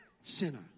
sinner